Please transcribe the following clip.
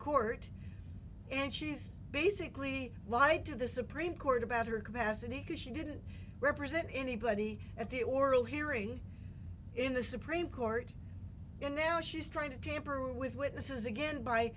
court and she's basically lied to the supreme court about her capacity because she didn't represent anybody at the oral hearing in the supreme court and now she's trying to tamper with witnesses again